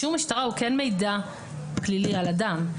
אישור משטרה הוא כן מידע פלילי על אדם.